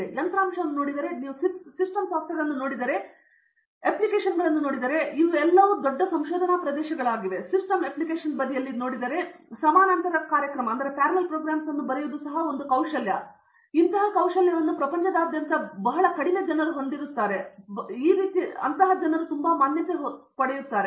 ನೀವು ಯಂತ್ರಾಂಶವನ್ನು ನೋಡಿದರೆ ನೀವು ಸಿಸ್ಟಮ್ ಸಾಫ್ಟ್ವೇರ್ ಅನ್ನು ನೋಡಿದರೆ ನೀವು ಅಪ್ಲಿಕೇಶನ್ಗಳನ್ನು ನೋಡಿದರೆ ಇವು ಎಲ್ಲಾ ದೊಡ್ಡ ಸಂಶೋಧನಾ ಪ್ರದೇಶಗಳಾಗಿವೆ ಮತ್ತು ಸಿಸ್ಟಮ್ ಅಪ್ಲಿಕೇಷನ್ ಬದಿಯಲ್ಲಿ ಈ ರೀತಿಯ ಸಮಾನಾಂತರ ಕಾರ್ಯಕ್ರಮಗಳನ್ನು ಬರೆಯುವುದು ಸಹ ಒಂದು ಕೌಶಲ್ಯ ಮತ್ತು ಬಹಳ ಕಡಿಮೆ ಪ್ರಪಂಚದಾದ್ಯಂತದ ಜನರು ಈ ರೀತಿಯ ಮಾನ್ಯತೆ ಹೊಂದಿದ್ದಾರೆ